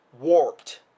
warped